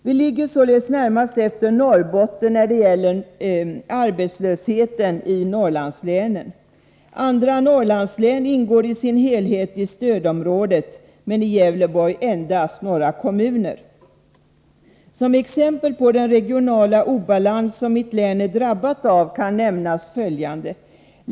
Vi ligger således närmast efter Norrbotten när det gäller arbetslösheten i Norrlandslänen. Andra Norrlandslän ingår i sin helhet i stödområdet, men i Gävleborg endast några kommuner. Som exempel på den regionala obalans som mitt län är drabbat av kan nämnas följande.